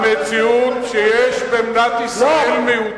המציאות שיש במדינת ישראל מיעוטים,